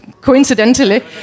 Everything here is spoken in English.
coincidentally